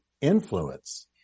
influence